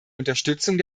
unterstützung